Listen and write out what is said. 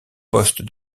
poste